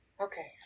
Okay